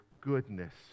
goodness